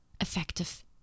effective